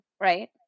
right